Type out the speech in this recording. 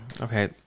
Okay